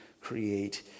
create